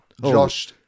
Josh